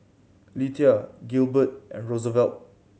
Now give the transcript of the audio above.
Lethia Gilbert and Rosevelt